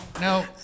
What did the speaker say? no